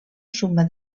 suma